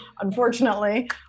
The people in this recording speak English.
Unfortunately